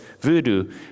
voodoo